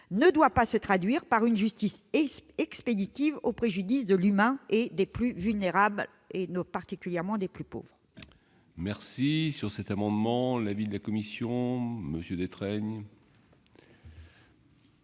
ne doit pas se traduire par une justice expéditive au préjudice de l'humain et des plus vulnérables, particulièrement des plus pauvres. Quel est l'avis de la commission ? Le